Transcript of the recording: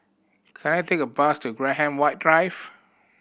can I take a bus to Graham White Drive